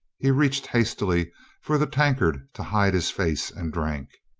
he reached hastily for the tankard to hide his face and drank.